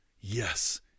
Yes